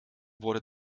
wurden